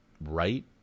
Right